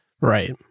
Right